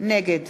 נגד